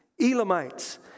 Elamites